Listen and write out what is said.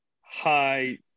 high